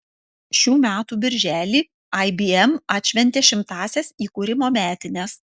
šių metų birželį ibm atšventė šimtąsias įkūrimo metines